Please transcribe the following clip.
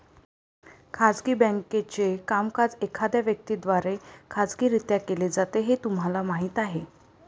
खाजगी बँकेचे कामकाज एखाद्या व्यक्ती द्वारे खाजगीरित्या केले जाते हे तुम्हाला माहीत आहे